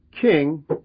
king